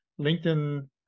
LinkedIn